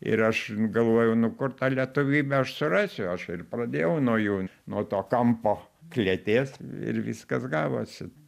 ir aš galvoju nu kur tą lietuvybę aš surasiu aš ir pradėjau nuo jų nuo to kampo klėties ir viskas gavosi